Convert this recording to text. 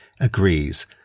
agrees